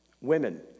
women